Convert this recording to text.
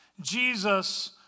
Jesus